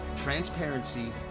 transparency